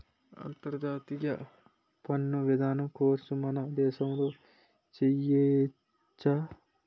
అంతర్జాతీయ పన్ను విధానం కోర్సు మన దేశంలో చెయ్యొచ్చా